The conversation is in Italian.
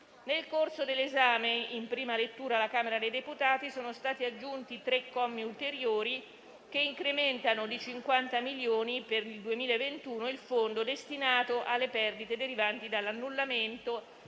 Nel corso dell'esame in prima lettura alla Camera dei deputati sono stati aggiunti tre commi ulteriori che incrementano di 50 milioni per il 2021 il fondo destinato alle perdite derivanti dall'annullamento,